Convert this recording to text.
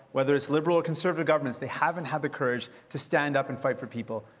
whether it's liberal or conservative governments, they haven't had the courage to stand up and fight for people.